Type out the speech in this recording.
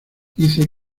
hice